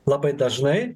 labai dažnai